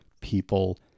people